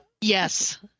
Yes